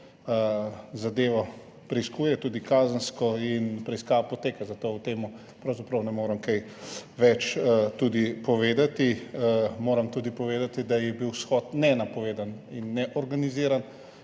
zadevo preiskuje, tudi kazensko, in preiskava poteka, zato o tem pravzaprav ne morem kaj več povedati. Moram tudi povedati, da je bil shod nenapovedan in neorganiziran